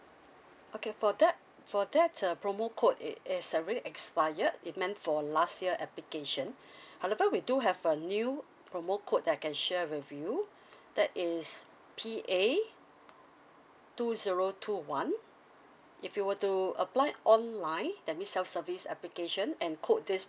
okay for that for that uh promo code it is already expired it meant for last year application however we do have a new promo code that I can share with you that is P A two zero two one if you were to apply online that means self service application and quote this